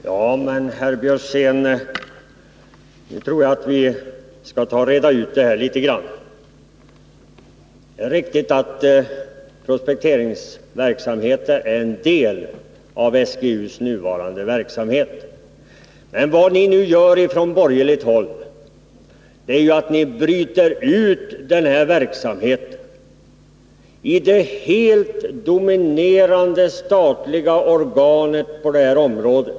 Herr talman! Jag tror det finns skäl att reda ut det här litet grand, herr Björzén. Det är riktigt att prospekteringsverksamheten är en del av SGU:s nuvarande verksamhet. Vad ni från borgerligt håll nu gör är att bryta ut denna verksamhet ur det helt dominerande statliga organet på detta område.